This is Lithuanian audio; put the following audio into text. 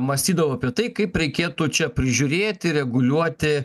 mąstydavo apie tai kaip reikėtų čia prižiūrėti reguliuoti